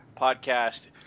podcast